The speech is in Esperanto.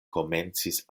komencis